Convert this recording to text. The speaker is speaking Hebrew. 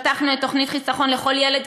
פתחנו את תוכנית "חיסכון לכל ילד",